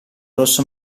rosso